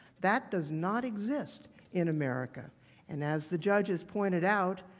that does not exist in america and as the judges pointed out,